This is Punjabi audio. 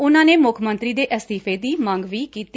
ਉਹਨਾਂ ਨੇ ਮੁੱਖ ਮੰਤਰੀ ਦੇ ਅਸਤੀਫੇ ਦੀ ਮੰਗ ਵੀ ਕੀਤੀ